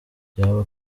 byaba